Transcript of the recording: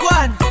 one